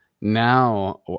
now